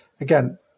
again